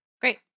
great